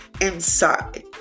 Inside